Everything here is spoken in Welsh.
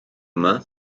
yma